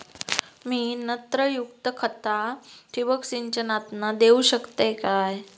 मी नत्रयुक्त खता ठिबक सिंचनातना देऊ शकतय काय?